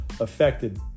affected